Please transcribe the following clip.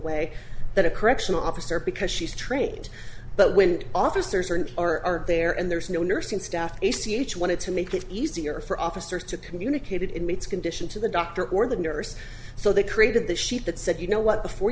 way that a correctional officer because she's trained but when officers are and are there and there's no nursing staff a c h wanted to make it easier for officers to communicated inmates condition to the doctor or the nurse so the created the sheet that said you know what before